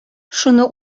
шуны